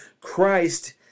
Christ